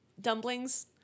dumplings